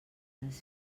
les